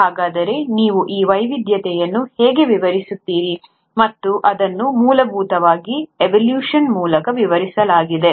ಹಾಗಾದರೆ ನೀವು ಈ ವೈವಿಧ್ಯತೆಯನ್ನು ಹೇಗೆ ವಿವರಿಸುತ್ತೀರಿ ಮತ್ತು ಅದನ್ನು ಮೂಲಭೂತವಾಗಿ ಎವೊಲ್ಯೂಶನ್ ಮೂಲಕ ವಿವರಿಸಲಾಗಿದೆ